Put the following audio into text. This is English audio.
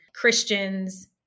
Christians